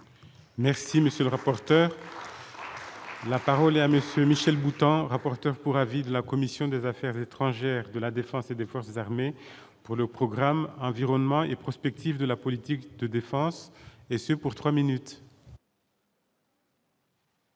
Merci, monsieur le rapporteur, la parole est à monsieur Michel Boutant. Rapporteur pour avis de la commission des Affaires étrangères de la Défense et des forces armées pour le programme environnement et prospective de la politique de défense et ce pour 3 minutes.